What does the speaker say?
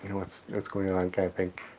what's yeah what's going on kind of thing